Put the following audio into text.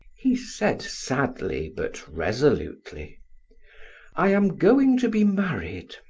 he said sadly but resolutely i am going to be married.